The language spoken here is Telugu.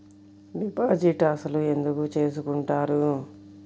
డిపాజిట్ అసలు ఎందుకు చేసుకుంటారు?